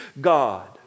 God